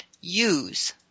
use